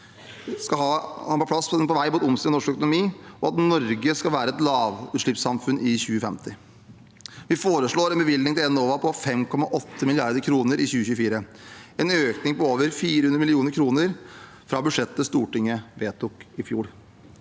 skal ha en plass på veien mot omstilling av norsk økonomi, og at Norge skal være et lavutslippssamfunn i 2050.Vi foreslår en bevilgning til Enova på 5,8 mrd. kr i 2024, en økning på over 400 mill. kr fra budsjettet Stortinget vedtok i fjor.